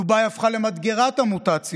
דובאי הפכה למדגרת המוטציות,